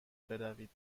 بروید